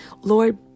Lord